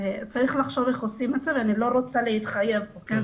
צריך לחשוב איך עושים זאת ואני ממש לא רוצה להתחייב כאן